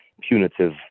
punitive